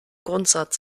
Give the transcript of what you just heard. grundsatz